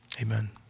amen